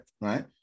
Right